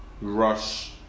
rush